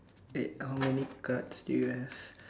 eh how many cards do you have